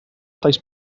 talls